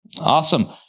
Awesome